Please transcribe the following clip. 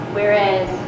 whereas